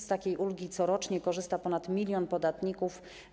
Z takiej ulgi corocznie korzysta ponad milion podatników.